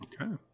Okay